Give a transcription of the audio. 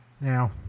Now